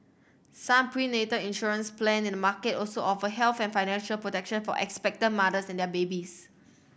some prenatal insurance plan in the market also offer health and financial protection for expectant mothers and their babies